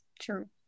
True